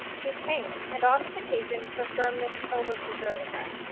he came, and on this occasion her firmness almost deserted her.